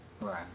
right